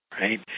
right